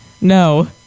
No